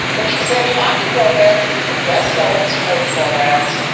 but she said hockey romance is the best selling sports romance.